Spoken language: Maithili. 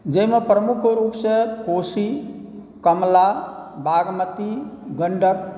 जाहिमे प्रमुख रूपसँ कोशी कमला बागमती गण्डक